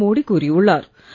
நரேந்திர மோடி கூறியுள்ளார்